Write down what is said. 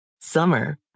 Summer